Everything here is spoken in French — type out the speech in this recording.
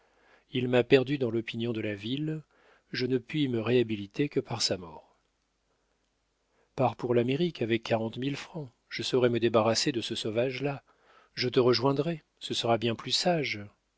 il m'a perdu dans l'opinion de la ville je ne puis me réhabiliter que par sa mort pars pour l'amérique avec quarante mille francs je saurai me débarrasser de ce sauvage là je te rejoindrai ce sera bien plus sage